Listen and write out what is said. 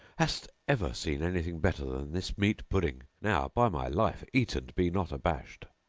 hast ever seen anything better than this meat pudding? now by my life, eat and be not abashed.